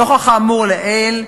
נוכח האמור לעיל,